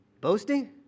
boasting